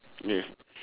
yes